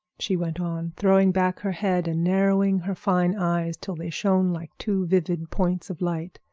she went on, throwing back her head and narrowing her fine eyes till they shone like two vivid points of light.